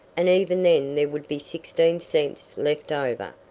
and even then there would be sixteen cents left over,